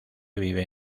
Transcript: vive